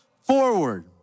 forward